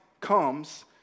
comes